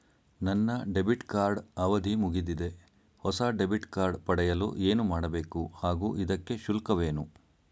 ನನ್ನ debit card ಅವಧಿ ಮುಗಿದಿದೆ ಹೊಸ ಡೆಬಿಟ್ ಕಾರ್ಡ್ ಪಡೆಯಲು ಏನು ಮಾಡಬೇಕು ಹಾಗೂ ಇದಕ್ಕೆ ಶುಲ್ಕವೇನು?